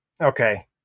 okay